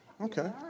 Okay